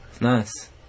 nice